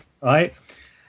Right